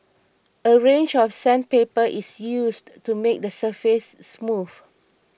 a range of sandpaper is used to make the surface smooth